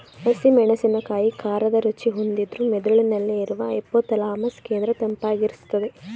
ಹಸಿ ಮೆಣಸಿನಕಾಯಿ ಖಾರದ ರುಚಿ ಹೊಂದಿದ್ರೂ ಮೆದುಳಿನಲ್ಲಿ ಇರುವ ಹೈಪೋಥಾಲಮಸ್ ಕೇಂದ್ರ ತಂಪಾಗಿರ್ಸ್ತದೆ